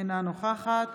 אינה נוכחת